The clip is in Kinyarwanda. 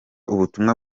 ubutumwa